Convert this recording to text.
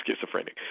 schizophrenic